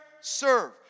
serve